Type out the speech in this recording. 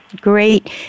Great